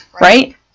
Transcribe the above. right